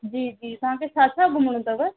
जी जी तव्हां खे छा छा घुमणो अथव